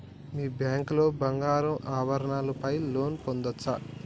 మీ bank లో బంగారు ఆభరణాల పై లోన్ పొందచ్చా?